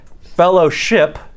Fellowship